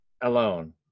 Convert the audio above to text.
alone